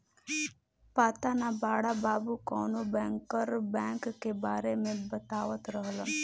पाता ना बड़ा बाबु कवनो बैंकर बैंक के बारे में बतावत रहलन